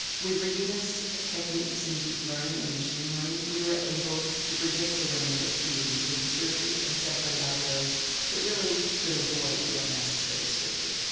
with regina's techniques in deep learning and machine learning, we were able to predict the women that truly needed the surgery and separate out those that really could avoid the unnecessary surgery.